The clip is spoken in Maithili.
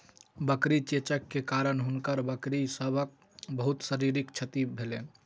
बकरी चेचक के कारण हुनकर बकरी सभक बहुत शारीरिक क्षति भेलैन